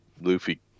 Luffy